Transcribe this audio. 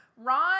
Ron